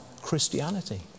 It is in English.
Christianity